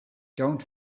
don‘t